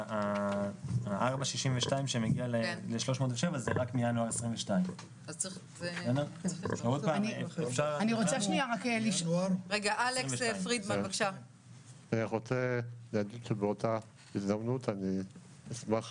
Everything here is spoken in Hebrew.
ה-4.62% שמגיע ל-307 זה רק מינואר 22'. באותה הזדמנות אני אשמח